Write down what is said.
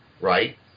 right